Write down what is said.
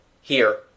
Here